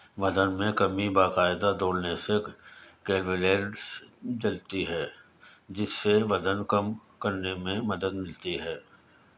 وزن میں کمی باقاعدہ دوڑنے سے کیولیرس جلتی ہے جس سے وزن کم کرنے میں مدد ملتی ہے